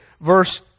verse